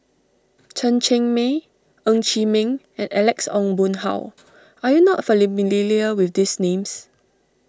Chen Cheng Mei Ng Chee Meng and Alex Ong Boon Hau are you not with these names